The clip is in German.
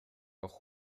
auch